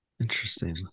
Interesting